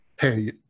hey